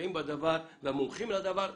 הנוגעים בדבר והמומחים לדבר בשמחה.